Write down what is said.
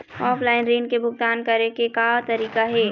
Offline ऋण के भुगतान करे के का तरीका हे?